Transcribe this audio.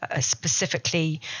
specifically